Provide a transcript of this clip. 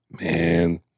Man